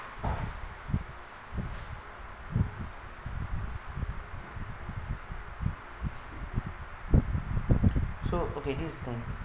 so okay this is the